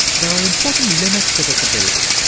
there are important limits to this ability.